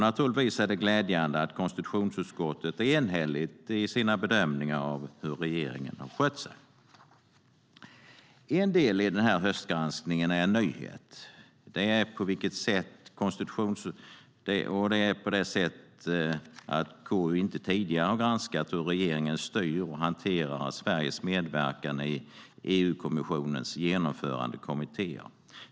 Naturligtvis är det glädjande att konstitutionsutskottet är enhälligt i sina bedömningar av hur regeringen skött sig. En del i denna höstgranskning är en nyhet på så sätt att konstitutionsutskottet inte tidigare granskat hur regeringen styr och hanterar Sveriges medverkan i EU-kommissionens genomförandekommittéer.